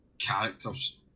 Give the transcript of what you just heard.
characters